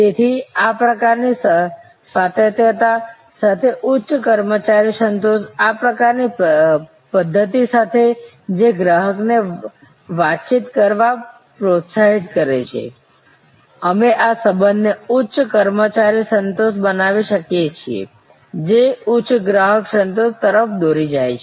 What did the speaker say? તેથી આ પ્રકારની સ્વાયત્તતા સાથે ઉચ્ચ કર્મચારી સંતોષ આ પ્રકારની પદ્ધત્તિ સાથે જે ગ્રાહકને વાતચીત કરવા પ્રોત્સાહિત કરે છે અમે આ સંબંધને ઉચ્ચ કર્મચારી સંતોષ બનાવી શકીએ છીએ જે ઉચ્ચ ગ્રાહક સંતોષ તરફ દોરી જાય છે